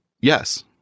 yes